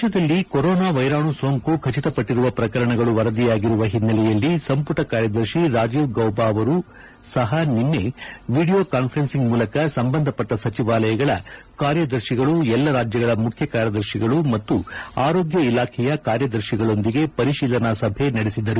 ದೇಶದಲ್ಲಿ ಕೊರೋನಾ ವ್ವೆರಾಣು ಸೋಂಕು ಖಚಿತಪಟ್ಟಿರುವ ಪ್ರಕರಣಗಳು ವರದಿಯಾಗಿರುವ ಹಿನ್ನೆಲೆಯಲ್ಲಿ ಸಂಪುಟ ಕಾರ್ಯದರ್ಶಿ ರಾಜೀವ್ ಗೌಬಾ ಅವರು ಸಹ ನಿನ್ನೆ ವಿಡೀಯೋ ಕಾನ್ಸರೇನ್ಸಿಂಗ್ ಮೂಲಕ ಸಂಬಂಧಪಟ್ಟ ಸಚಿವಾಲಯಗಳ ಕಾರ್ಯದರ್ಶಿಗಳು ಎಲ್ಲ ರಾಜ್ಯಗಳ ಮುಖ್ಯ ಕಾರ್ಯದರ್ಶಿಗಳು ಮತ್ತು ಆರೋಗ್ಯ ಇಲಾಖೆಯ ಕಾರ್ಯದರ್ಶಿಗಳೊಂದಿಗೆ ಪರಿಶೀಲನಾ ಸಭೆ ನಡೆಸಿದರು